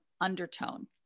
undertone